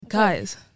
Guys